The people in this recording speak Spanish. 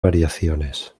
variaciones